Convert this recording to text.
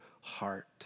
heart